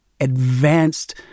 advanced